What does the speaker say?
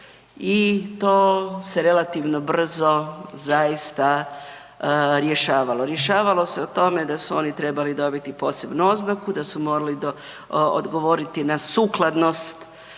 i to se relativno brzo zaista rješavalo. Rješavalo se o tome da su oni trebali dobiti posebnu oznaku, da su morali odgovoriti na sukladnost